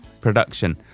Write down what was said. production